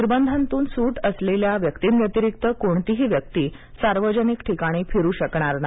निर्बंधांतून सूट असलेल्यां व्यक्तींव्यतिरिक्त कोणीही व्यक्ती सार्वजनिक ठिकाणी फिरू शकणार नाही